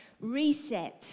reset